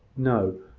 no!